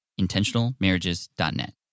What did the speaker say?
IntentionalMarriages.net